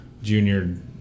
Junior